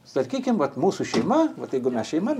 sakykim vat mūsų šeima vat jeigu mes šeima